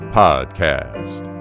podcast